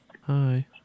Hi